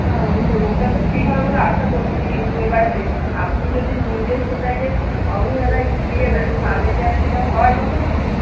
হ্যাঁ অবশ্যই রোগটা তো ঠিক হবে বলে আশা করছি কিন্তু এবারে দেখুন আপনি যদি নিজে সেটাকে অবহেলায় ঘুরিয়ে দেন তাহলে কি আর সেটা হয় কখনও